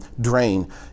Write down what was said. drain